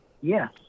Yes